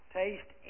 taste